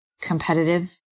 competitive